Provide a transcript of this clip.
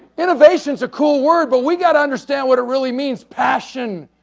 innovations are cool word, but we got to understand what it really means, passion,